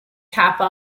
kappa